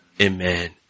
Amen